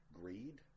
Greed